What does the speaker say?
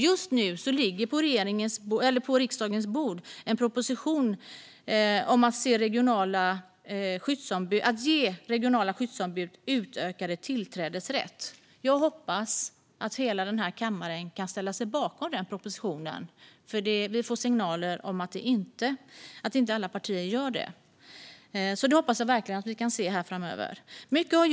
Just nu ligger på riksdagens bord en proposition om att ge regionala skyddsombud utökad tillträdesrätt. Jag hoppas att hela den här kammaren kan ställa sig bakom den propositionen, men vi får signaler om att inte alla partier gör det. Det hoppas jag verkligen att vi får se här framöver. Herr talman!